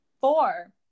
Four